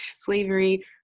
Slavery